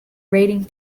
raiding